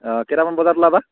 অঁ কেইটামান বজাত ওলাবা